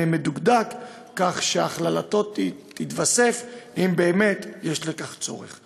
מדוקדק כך שהכללתו תתקיים אם באמת יש בכך צורך.